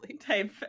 type